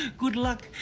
good luck.